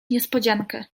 niespodziankę